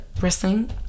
wrestling